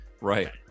Right